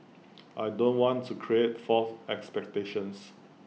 I don't want to create false expectations